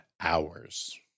hours